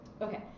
Okay